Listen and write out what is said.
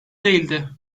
değildi